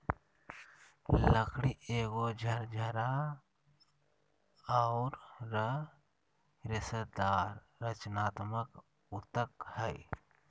लकड़ी एगो झरझरा औरर रेशेदार संरचनात्मक ऊतक हइ